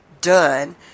done